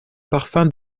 parfum